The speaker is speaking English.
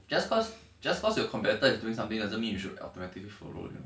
just cause just cause your competitor is doing something doesn't mean you should operative follow you know